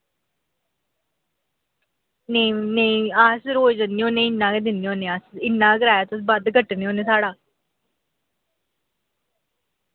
नेईं नेईं अस रोज ज'न्ने होने इ'न्ना गै दिन्ने होने अस इ'न्ना कराया तुस बद्ध कट्टने होने साढ़ा